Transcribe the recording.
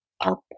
up